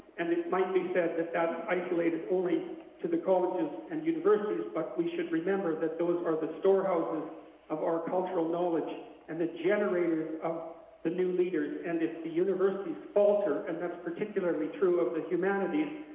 and it might be said that that's isolated only to the colleges and universities but we should remember that those are the storehouses of our cultural knowledge and the generators of the new leaders, and if the universities falter, and that's particularly true of the humanities,